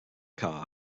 car